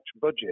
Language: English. budget